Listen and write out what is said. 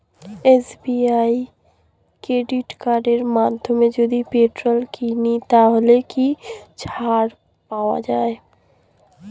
SBI credit কার্ডের মাধ্যমে যদি পেট্রোল কিনি তাহলে কি ছাড় পাওয়া যায়?